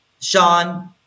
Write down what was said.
Sean